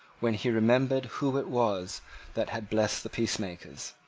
when he remembered who it was that had blessed the peacemakers.